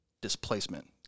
displacement